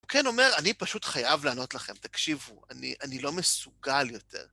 כן אומר, אני פשוט חייב לענות לכם, תקשיבו, אני לא מסוגל יותר.